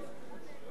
זה חברתי?